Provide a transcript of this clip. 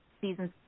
seasons